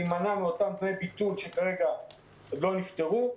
להימנע מאותם דמי ביטול שכרגע עוד לא נפתרו,